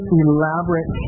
elaborate